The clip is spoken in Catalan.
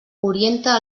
orienta